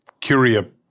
Curia